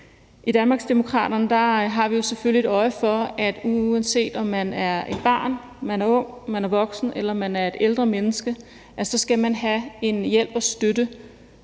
I Danmarksdemokraterne har vi jo selvfølgelig et øje for, at man, uanset om man er et barn, man er ung, man er voksen, eller man er et ældre menneske, så skal have en hjælp og støtte,